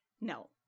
No